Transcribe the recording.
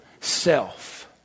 self